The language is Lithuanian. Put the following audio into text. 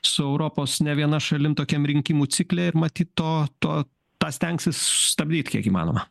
su europos ne viena šalim tokiam rinkimų cikle ir matyt to to tą stengsis stabdyt kiek įmanoma